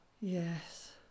Yes